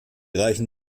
reichen